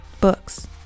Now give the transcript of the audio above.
books